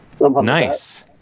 Nice